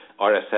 RSS